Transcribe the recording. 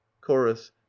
chorus